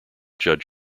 judge